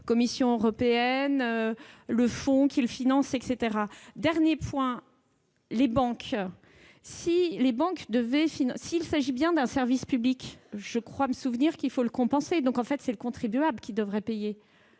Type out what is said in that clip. Commission européenne, du fonds qui finance ce dispositif, etc. Mon dernier point concerne les banques. S'il s'agit bien d'un service public, je crois me souvenir qu'il faut le compenser. Donc, c'est le contribuable qui devrait payer.